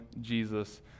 Jesus